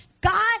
God